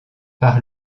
par